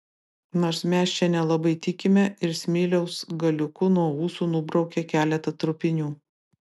nors mes čia nelabai tikime ir smiliaus galiuku nuo ūsų nubraukė keletą trupinių